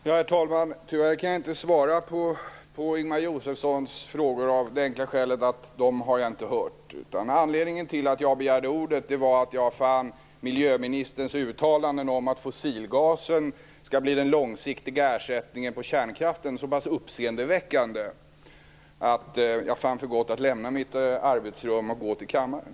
Herr talman! Tyvärr kan jag inte svara på Ingemar Josefssons frågor av det enkla skälet att jag inte har hört dem. Anledningen till att jag begärde ordet var att jag fann miljöministerns uttalanden om att fossilgasen skall bli den långsiktiga ersättningen för kärnkraften så pass uppseendeväckande att jag fann det för gott att lämna mitt arbetsrum och gå till kammaren.